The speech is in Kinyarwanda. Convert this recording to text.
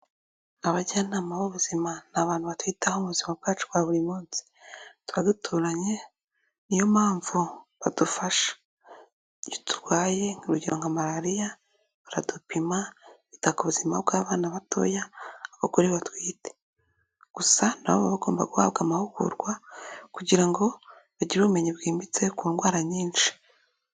Abajyanama b'ubuzima ni abantu batitwaho mu buzima bwacu bwa buri munsi, tuba duturanye niyo mpamvu badufasha, iyo turwaye urugero nka Malariya baradupima, bita ku buzima bw'abana batoya, abagore batwite, gusa nabo bagomba guhabwa amahugurwa kugira ngo bagire ubumenyi bwimbitse ku ndwara nyinshi.